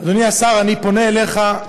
אדוני השר, אני פונה אליך,